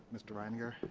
mr. reitlinger?